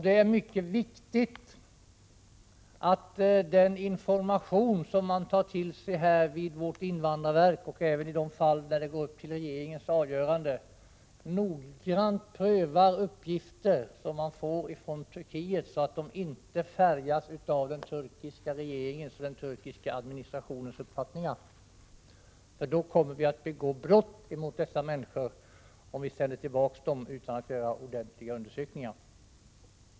Det är mycket viktigt att man vid invandrarverket och i regeringen — i de fall som går dit för avgörande — noggrant prövar de uppgifter som kommer från Turkiet, så att de inte är färgade av den turkiska regeringens eller administrationens uppfattningar. I så fall kommer vi att begå brott mot dessa människor — om vi sänder tillbaka dem utan att göra ordentliga undersökningar.